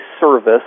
service